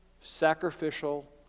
sacrificial